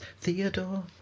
Theodore